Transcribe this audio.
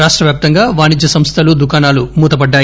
రాష్టవ్యాప్తంగా వాణిజ్య సంస్థలు దుకాణాలు మూతపడ్డాయి